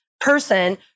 person